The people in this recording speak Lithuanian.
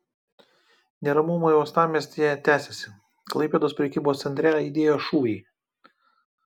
neramumai uostamiestyje tęsiasi klaipėdos prekybos centre aidėjo šūviai